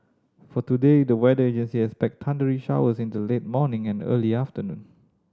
for today the weather agency expect thundery showers in the late morning and early afternoon